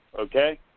okay